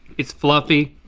it's fluffy.